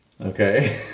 Okay